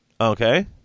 Okay